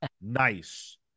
nice